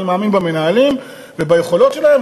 אני מאמין במנהלים וביכולות שלהם.